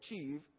achieve